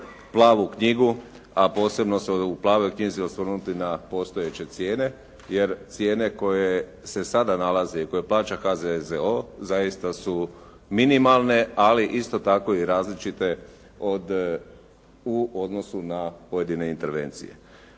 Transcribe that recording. plavu knjigu a posebno se u plavoj knjizi osvrnuti na postojeće cijene jer cijene koje se sada nalaze i koje plaća HZZO zaista su minimalne ali isto tako i različite u odnosu na pojedine intervencije.